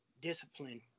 discipline